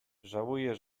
żałuje